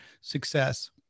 success